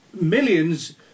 millions